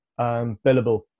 billable